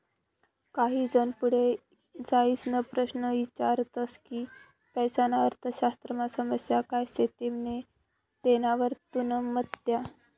काही जन पुढे जाईसन प्रश्न ईचारतस की पैसाना अर्थशास्त्रमा समस्या काय शेतीस तेनावर तुमनं मत द्या